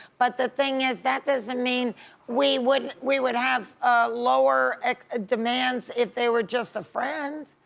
but the thing is that doesn't mean we would we would have lower demands if they were just a friend.